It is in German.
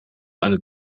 eine